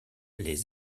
les